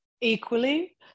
equally